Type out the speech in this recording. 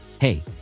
hey